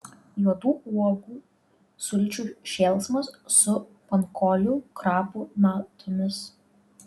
juodų uogų sulčių šėlsmas su pankolių krapų natomis